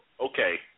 okay